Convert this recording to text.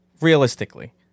realistically